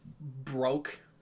broke